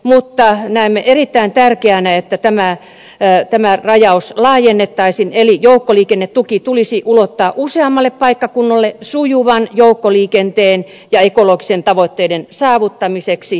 mutta näemme erittäin tärkeänä että tätä rajausta laajennettaisiin eli joukkoliikennetuki tulisi ulottaa useammalle paikkakunnalle sujuvan joukkoliikenteen ja ekologisten tavoitteiden saavuttamiseksi